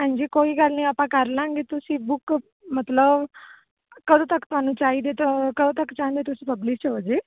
ਹਾਂਜੀ ਕੋਈ ਗੱਲ ਨੀ ਆਪਾਂ ਕਰ ਲਾਂਗੇ ਤੁਸੀਂ ਬੁੱਕ ਮਤਲਬ ਕਦੋਂ ਤੱਕ ਤੁਹਾਨੂੰ ਚਾਈਦੀ ਤੇ ਕਦੋਂ ਤੱਕ ਚਾਹੁੰਦੇ ਤੁਸੀਂ ਪਬਲਿਸ਼ ਹੋਜੇ